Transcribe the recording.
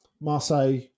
Marseille